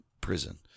prison